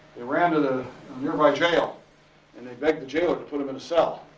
they ran to the nearby jail and they begged the jailer to put him in a cell.